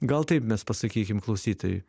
gal taip mes pasakykim klausytojui